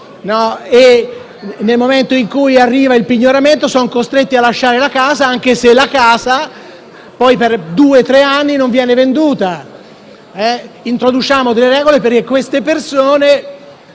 nel momento in cui arriva il pignoramento sono costrette a lasciare la casa, anche se per due o tre anni non viene venduta. Introduciamo quindi delle regole affinché queste persone